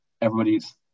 everybody's